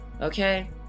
Okay